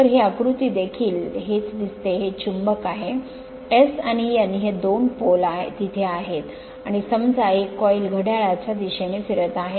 तर हे आकृती देखील हेच दिसते हे चुंबक आहे S आणि N हे दोन pole तिथे आहेत आणि समजा एक कॉईल घड्याळाच्या दिशेने फिरत आहे